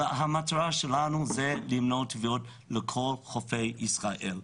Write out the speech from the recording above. המטרה שלנו היא למנוע טביעות בכל חופי ישראל.